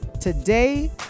Today